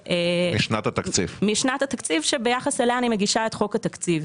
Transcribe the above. משנת התקציב שביחס אליה אני מגישה את חוק התקציב.